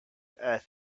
earth